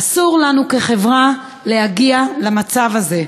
אסור לנו כחברה להגיע למצב הזה.